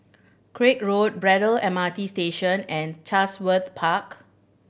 Craig Road Braddell M R T Station and Chatsworth Park